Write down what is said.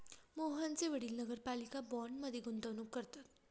मोहनचे वडील नगरपालिका बाँडमध्ये गुंतवणूक करतात